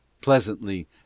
Pleasantly